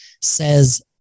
says